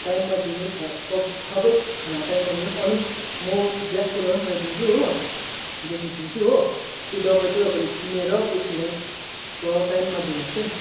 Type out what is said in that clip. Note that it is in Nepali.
टाइममा दिनुहोस् सबै खाना टाइममा दिनुहोस् अनि म ग्यासको दवाई पनि पठाइदिन्छु हो लेखिदिन्छु हो त्यो दवाई चाहिँ तपाईँले किनेर पेसेन्टलाई टाइममा दिनुहोस् है